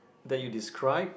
that you described